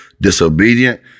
disobedient